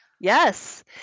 Yes